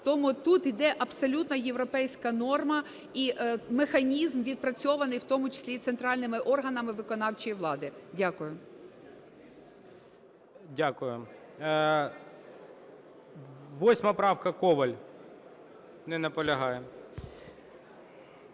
Тому тут іде абсолютно європейська норма. І механізм відпрацьований, в тому числі і центральними органами виконавчої влади. Дякую. ГОЛОВУЮЧИЙ. Дякую. 8 правка, Коваль. Не наполягає.